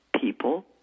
people